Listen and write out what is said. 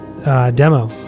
demo